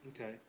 Okay